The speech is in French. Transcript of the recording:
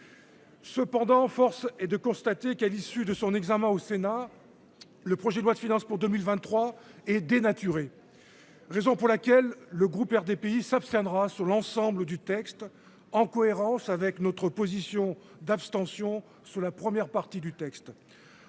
Cependant force est de constater qu'à l'issue de son examen au Sénat. Le projet de loi de finances pour 2023 et dénaturé. Raison pour laquelle le groupe RDPI s'abstiendra sur l'ensemble du texte en cohérence avec notre position d'abstention sur la première partie du texte